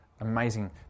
amazing